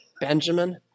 Benjamin